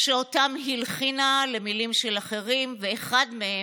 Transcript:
שאותם הלחינה למילים של אחרים, ואחד מהם,